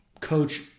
coach